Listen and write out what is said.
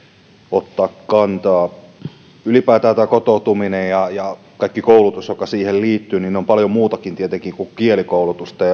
ottaa kantaa ylipäätään tämä kotoutuminen ja ja kaikki koulutus joka siihen liittyy on tietenkin paljon muutakin kuin kielikoulutusta